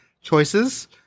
choices